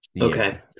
okay